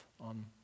on